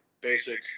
basic